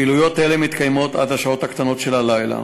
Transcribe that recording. פעילויות אלה מתקיימות עד השעות הקטנות של הלילה,